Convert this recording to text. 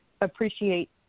appreciate